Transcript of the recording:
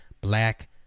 black